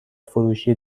فروشی